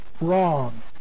wrong